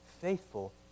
faithful